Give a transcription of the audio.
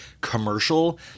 commercial –